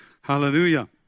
Hallelujah